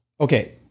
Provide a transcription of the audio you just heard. Okay